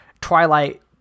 twilight